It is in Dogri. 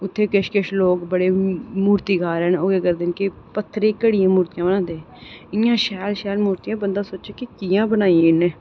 उत्थै किश किश लोक बड़े मूर्तिकार न कि पत्थरें गी घड़ियै मूर्तियां बनांदे न इन्नियां शैल शैल मूर्तियां कि बंदा सोचै कि'यां बनाई इ'न्नै